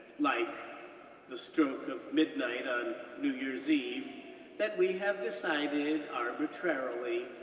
like the stroke of midnight on new year's eve that we have decided, arbitrarily,